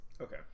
Okay